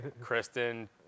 Kristen